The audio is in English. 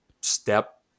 step